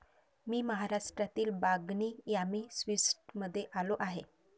मी महाराष्ट्रातील बागनी यामी स्वीट्समध्ये आलो आहे